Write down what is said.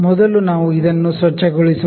ಮೊದಲು ನಾವು ಇದನ್ನು ಸ್ವಚ್ಛಗೊಳಿಸೋಣ